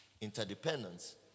interdependence